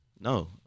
no